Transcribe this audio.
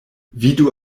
vidu